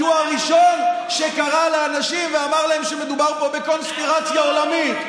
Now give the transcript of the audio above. כי הוא הראשון שקרא לאנשים ואמר להם שמדובר פה בקונספירציה עולמית.